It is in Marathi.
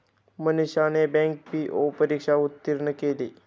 मनीषाने बँक पी.ओ परीक्षा उत्तीर्ण केली